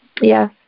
Yes